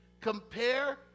Compare